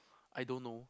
I don't know